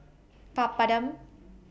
Papadum